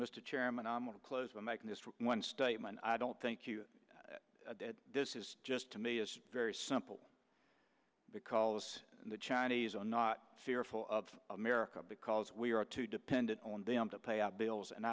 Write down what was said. mr chairman i'm going to close by magnus one statement i don't think you did this is just to me is very simple because the chinese are not fearful of america because we are too dependent on them to pay our bills and